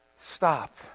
stop